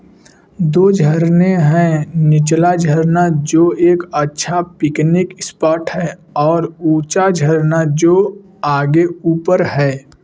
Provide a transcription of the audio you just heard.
दो झरने हैं निचला झरना जो एक अच्छा पिकनिक स्पॉट है और ऊँचा झरना जो आगे ऊपर है